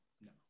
No